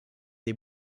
des